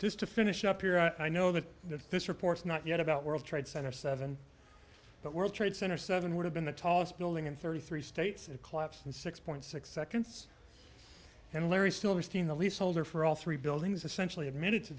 just to finish up here i know that this report's not yet about world trade center seven but world trade center seven would have been the tallest building in thirty three states it collapsed and six point six seconds and larry silverstein the leaseholder for all three buildings essentially admitted to